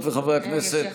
אני אוסיף את